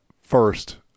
first